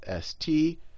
st